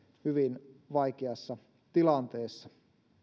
hyvin vaikeassa tilanteessa